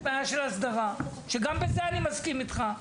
יש בעיה של הסדרה שגם בזה אני מסכים איתך.